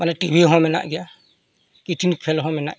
ᱢᱟᱱᱮ ᱴᱤᱵᱷᱤ ᱦᱚᱸ ᱢᱮᱱᱟᱜ ᱜᱮᱭᱟ ᱠᱤᱰᱱᱤ ᱯᱷᱮᱹᱞ ᱦᱚᱸ ᱢᱮᱱᱟᱜ ᱜᱮᱭᱟ